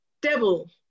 devil